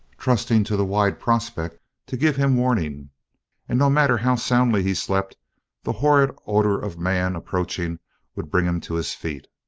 trusting to the wide prospect to give him warning and no matter how soundly he slept the horrid odor of man approaching would bring him to his feet.